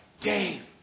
Dave